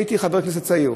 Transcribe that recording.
כשהייתי חבר כנסת צעיר